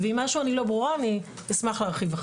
ואם משהו אני לא ברורה, אני אשמח להרחיב.